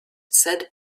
said